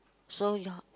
so your